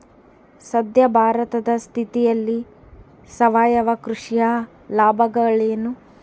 ಸದ್ಯ ಭಾರತದ ಸ್ಥಿತಿಯಲ್ಲಿ ಸಾವಯವ ಕೃಷಿಯ ಲಾಭಗಳೇನು?